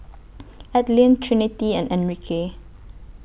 Adline Trinity and Enrique